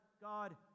God